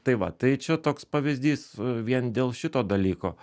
tai va tai čia toks pavyzdys vien dėl šito dalyko